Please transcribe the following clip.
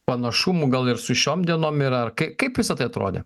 panašumų gal ir su šiom dienom yra kaip visa tai atrodė